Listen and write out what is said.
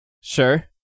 Sure